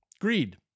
Greed